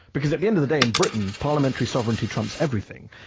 because at the end of the day in britain, parliamentary sovereignty trumps everything.